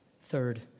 Third